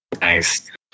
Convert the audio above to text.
Nice